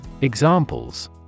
Examples